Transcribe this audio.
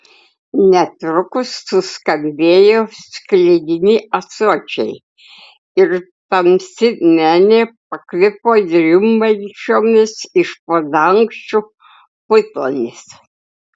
netrukus suskambėjo sklidini ąsočiai ir tamsi menė pakvipo drimbančiomis iš po dangčiu putomis